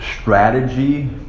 strategy